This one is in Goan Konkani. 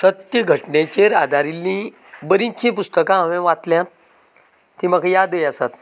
सत्य घटनेचेर आदारिल्लीं बरीचशीं पुस्तकां हांवें वाचल्यात ती म्हाका यादय आसात